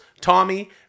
Tommy